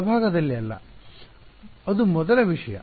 ಅದು ಮೊದಲ ವಿಷಯ